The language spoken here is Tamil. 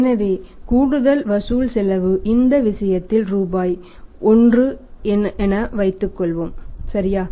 எனவே கூடுதல் வசூல் செலவு இந்த விஷயத்தில் 1 ரூபாய் என்று வைத்துக் கொள்வோம் சரியா